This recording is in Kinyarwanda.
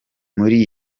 muri